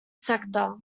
sector